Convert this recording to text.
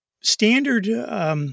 standard